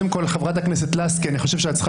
ראשית חברת הכנסת לסקי אני חושב שאת צריכה